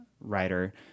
writer